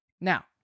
Now